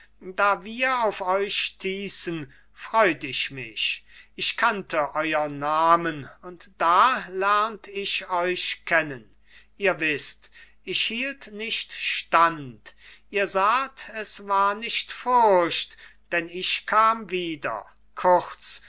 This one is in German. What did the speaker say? da wir auf euch stießen freut ich mich ich kannte euern namen und da lernt ich euch kennen ihr wißt ich hielt nicht stand ihr saht es war nicht furcht denn ich kam wieder kurz